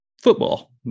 football